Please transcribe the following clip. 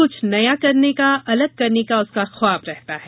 क्छ नया करने का अलग करने का उसका ख्वाब रहता है